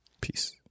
peace